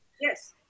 Yes